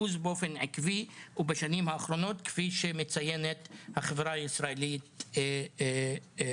ובאופן עקבי ובשנים האחרונות.." זאת כפי שמציינת החברה הישראלית שהזכרתי.